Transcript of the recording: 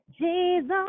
Jesus